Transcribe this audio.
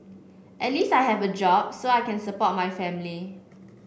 at least I have a job so I can support my family